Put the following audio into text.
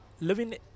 living